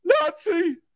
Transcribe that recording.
Nazi